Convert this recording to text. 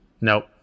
Nope